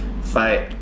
fight